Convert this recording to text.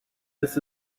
this